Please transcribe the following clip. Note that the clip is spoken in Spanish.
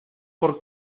por